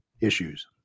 issues